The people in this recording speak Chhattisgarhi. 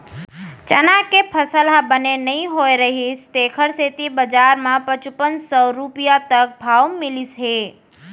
चना के फसल ह बने नइ होए रहिस तेखर सेती बजार म पचुपन सव रूपिया तक भाव मिलिस हे